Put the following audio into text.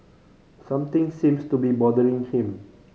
something seems to be bothering him